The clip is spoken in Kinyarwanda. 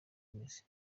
imizi